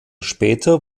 später